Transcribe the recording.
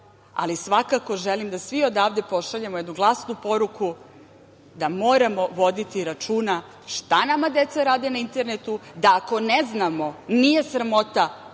ali svakako želim da svi odavde pošaljemo jednu glasnu poruku da moramo voditi računa šta nama deca rade na internetu, da ako ne znamo nije sramota,